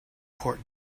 court